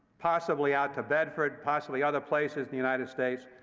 possibly out to bedford, possibly other places in the united states.